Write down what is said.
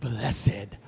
Blessed